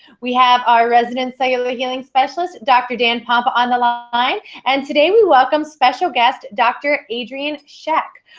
we have our resident cellular healing specialist, dr. dan pompa, on the line. and today we welcome special guest dr. adrienne scheck.